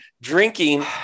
drinking